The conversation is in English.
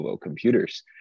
computers